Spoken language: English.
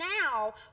now